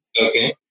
Okay